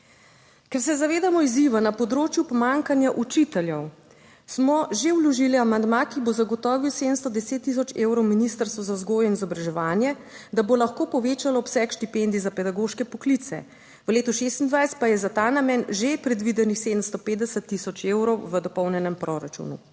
ker se zavedamo izziva na področju pomanjkanja učiteljev, smo že vložili amandma, ki bo zagotovil 710000 evrov Ministrstvu za vzgojo in izobraževanje, da bo lahko povečalo obseg štipendij za pedagoške poklice. V letu 2026 pa je za ta namen že predvidenih 750000 evrov v dopolnjenem proračunu.